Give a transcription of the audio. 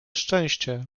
szczęście